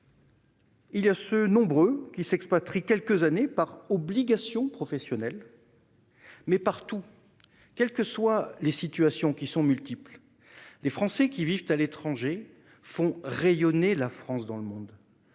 Il y a aussi ceux, nombreux, qui s'expatrient quelques années par obligation professionnelle. Partout, quelles que soient les situations- et elles sont multiples -, les Français qui vivent à l'étranger font rayonner la France dans le monde.